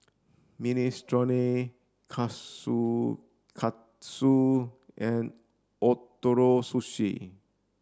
Minestrone Kushikatsu and Ootoro Sushi